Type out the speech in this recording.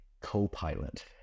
co-pilot